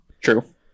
true